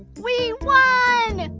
we won!